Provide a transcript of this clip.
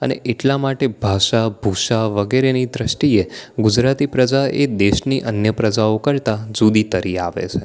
અને એટલા માટે ભાષા ભુષા વગેરેની દૃષ્ટિએ ગુજરાતી પ્રજા એ દેશની અન્ય પ્રજાઓ કરતાં જુદી તરી આવે છે